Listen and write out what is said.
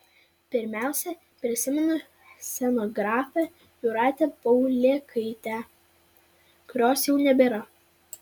pirmiausia prisimenu scenografę jūratę paulėkaitę kurios jau nebėra